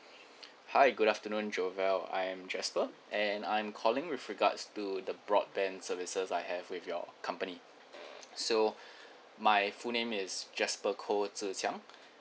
hi good afternoon javal I'm jasper and I'm calling with regards to the broadband services I have with your company so my full name is jasper koh zhi qiang